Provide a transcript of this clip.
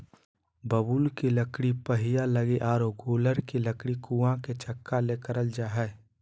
बबूल के लकड़ी पहिया लगी आरो गूलर के लकड़ी कुआ के चकका ले करल जा हइ